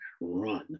run